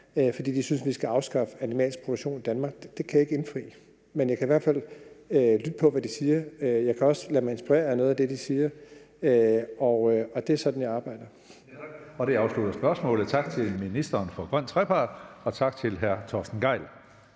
fordi de synes, vi skal afskaffe animalsk produktion i Danmark? Nej, for det kan jeg ikke indfri. Men jeg kan hvert fald lytte til, hvad de siger, og jeg kan også lade mig inspirere af noget af det, de siger. Det er sådan, jeg arbejder. Kl. 15:11 Tredje næstformand (Karsten Hønge): Tak. Det afslutter spørgsmålet. Tak til ministeren for grøn trepart, og tak til hr. Torsten Gejl.